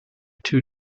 two